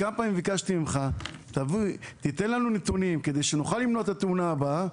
כמה פעמים ביקשנו ממך שתיתן לנו נתונים כדי שנוכל למנוע את התאונה הבאה